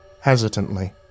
hesitantly